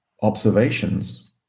observations